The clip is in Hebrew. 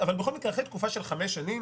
אחרי תקופה של חמש שנים,